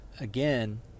again